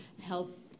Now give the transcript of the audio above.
help